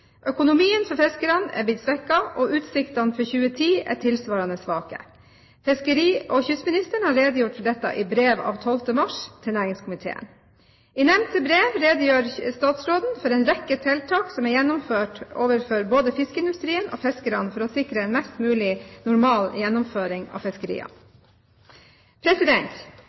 Økonomien for fiskerne er blitt svekket, og utsiktene for 2010 er tilsvarende svake. Fiskeri- og kystministeren har redegjort for dette i brev av 12. mars til næringskomiteen. I nevnte brev redegjør statsråden for en rekke tiltak som er gjennomført overfor både fiskeindustrien og fiskerne for å sikre en mest mulig normal gjennomføring av fiskeriene.